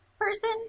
person